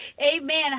amen